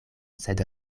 sed